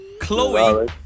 Chloe